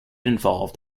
involved